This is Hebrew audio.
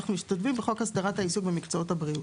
אנחנו משתלבים בחוק הסדרת העיסוק במקצועות הבריאות.